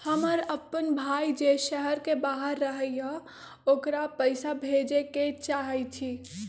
हमर अपन भाई जे शहर के बाहर रहई अ ओकरा पइसा भेजे के चाहई छी